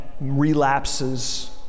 relapses